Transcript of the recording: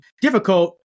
difficult